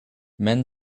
men